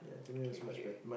okay okay